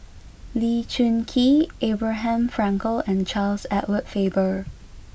Lee Choon Kee Abraham Frankel and Charles Edward Faber